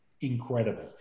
incredible